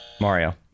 Mario